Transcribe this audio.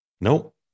nope